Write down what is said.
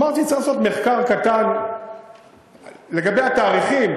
אמרתי שצריך לעשות מחקר קטן לגבי התאריכים.